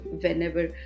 whenever